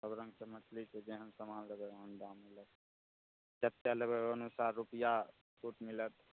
सब रङ्गके मछली छै जेहन सामान लेबय ओहन लगतय जते लेबय ओहि अनुसार रुपैआ छूट मिलत